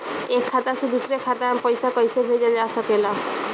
एक खाता से दूसरे खाता मे पइसा कईसे भेजल जा सकेला?